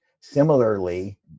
Similarly